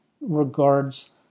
regards